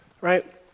right